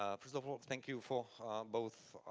ah first of all, thank you for um both